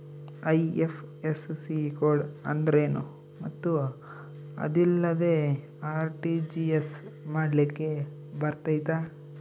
IFSC code ಅಂದ್ರೇನು ಮತ್ತು ಅದಿಲ್ಲದೆ ಆರ್.ಟಿ.ಜಿ.ಎಸ್ ಮಾಡ್ಲಿಕ್ಕೆ ಬರ್ತೈತಾ?